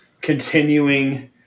continuing